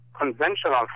conventional